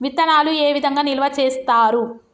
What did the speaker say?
విత్తనాలు ఏ విధంగా నిల్వ చేస్తారు?